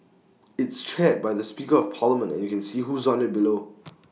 it's chaired by the speaker of parliament and you can see who's on IT below